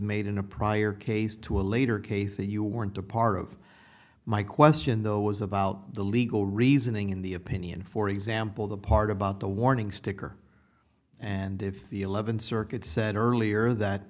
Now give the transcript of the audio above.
made in a prior case to a later case that you weren't a part of my question though was about the legal reasoning in the opinion for example the part about the warning sticker and if the eleventh circuit said earlier that